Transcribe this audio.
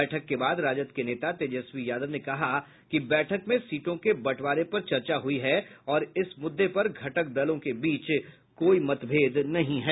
बैठक के बाद राजद के नेता तेजस्वी यादव ने कहा कि बैठक में सीटों के बँटवारे पर चर्चा हुई और इस मुद्दे पर घटक के दलों के बीच कोई मतभेद नहीं है